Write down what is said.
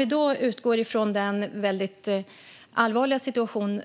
I den allvarliga situationen